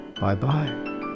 Bye-bye